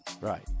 Right